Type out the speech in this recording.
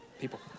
people